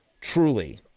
Truly